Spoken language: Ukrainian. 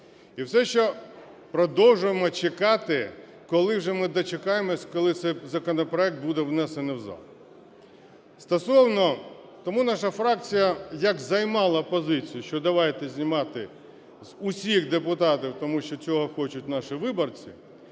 і все ще продовжуємо чекати, коли вже ми дочекаємось, коли цей законопроект буде внесений в зал. Стосовно… Тому наша фракція як займала позицію, що давайте знімати з усіх депутатів, тому що цього хочуть наші виборці